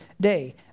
day